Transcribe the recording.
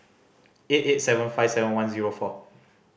eight eight seven five seven one zero four